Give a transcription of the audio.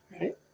right